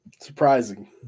Surprising